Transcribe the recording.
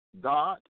God